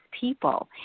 people